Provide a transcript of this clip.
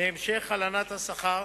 מהמשך הלנת השכר,